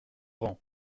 rangs